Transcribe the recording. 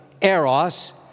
eros